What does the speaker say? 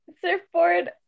surfboard